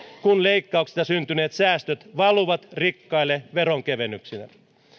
kun leikkauksista syntyneet säästöt valuvat rikkaille veronkevennyksinä